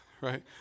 right